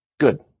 Good